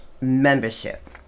membership